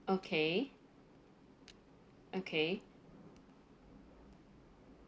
okay okay